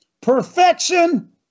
perfection